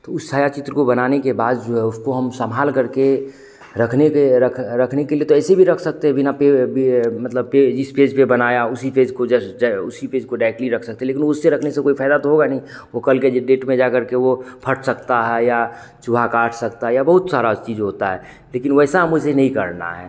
तो उस छायाचित्र को बनाने के बाद जो है उसको हम संभालकर के रखने के रख रखने के लिए तो ऐसे भी रख सकते है बिना पर मतलब पर जिस पेज पर बनाया उसी पेज को जस जय उसी पेज को डायरेक्टली रख सकते लेकिन वह उससे रखने से कोई फ़यदा तो होगा नहीं वो कल के जे डेट में जाकर के वह फट सकता है या चूहा काट सकता है या बहुत सारी चीज़ होती है लेकिन वैसा हम उसे नहीं करना है